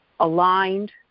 aligned